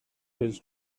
his